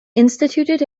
instituted